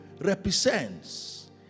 represents